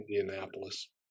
Indianapolis